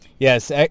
Yes